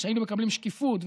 היינו מקבלים שקיפות,